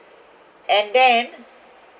and then